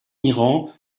iran